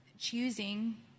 choosing